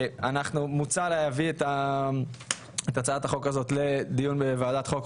מוצע להעביר את הצעת החוק הזאת לדיון בוועדת חוק,